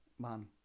man